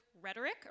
rhetoric